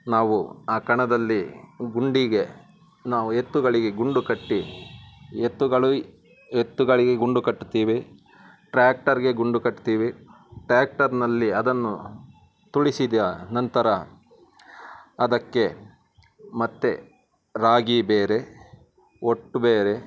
ನಾವು ಆ ಕಣದಲ್ಲಿ ಗುಂಡಿಗೆ ನಾವು ಎತ್ತುಗಳಿಗೆ ಗುಂಡು ಕಟ್ಟಿ ಎತ್ತುಗಳು ಎತ್ತುಗಳಿಗೆ ಗುಂಡು ಕಟ್ಟುತ್ತೀವಿ ಟ್ರ್ಯಾಕ್ಟರ್ಗೆ ಗುಂಡು ಕಟ್ತೀವಿ ಟ್ಯಾಕ್ಟರ್ನಲ್ಲಿ ಅದನ್ನು ತುಳಿಸಿದ ನಂತರ ಅದಕ್ಕೆ ಮತ್ತು ರಾಗಿ ಬೇರೆ ಹೊಟ್ ಬೇರೆ